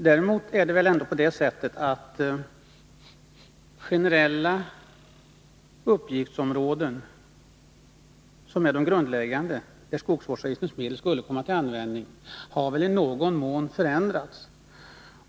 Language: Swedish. Däremot är det väl ändå på det sättet att skogsvårdsavgiftens användning i någon mån har förändrats — den skulle ju komma till användning huvudsakligen för generella uppgiftsområden.